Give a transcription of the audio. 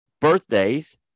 birthdays